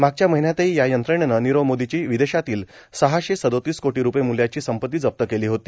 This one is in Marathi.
मागच्या महिन्यातही या यंत्रणेनं नीरव मोदीची विदेशातली सहाशे सदोतीस कोटी रुपये मूल्याची संपत्ती जप्त केली होती